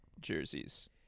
jerseys